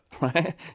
right